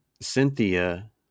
Cynthia